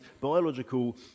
biological